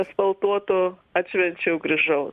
asfaltuotu atšvenčiau grįžau